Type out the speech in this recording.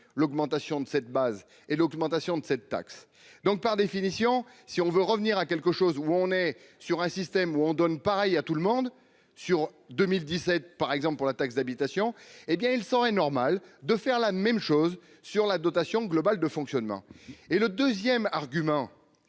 l'augmentation de cette base et l'augmentation de cette taxe, donc par définition, si on veut revenir à quelque chose ou on est sur un système où on donne pareil à tout le monde sur 2017, par exemple pour la taxe d'habitation, hé bien il s'en est normal de faire la même chose sur la dotation globale de fonctionnement et le 2ème argument